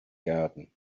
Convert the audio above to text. garden